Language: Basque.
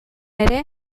ere